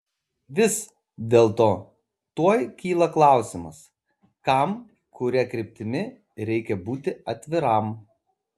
vis dėlto tuoj kyla klausimas kam kuria kryptimi reikia būti atviram